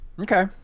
Okay